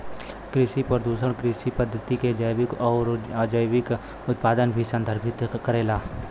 कृषि प्रदूषण कृषि पद्धति क जैविक आउर अजैविक उत्पाद के भी संदर्भित करेला